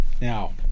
Now